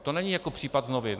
To není jako případ z novin.